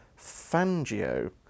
Fangio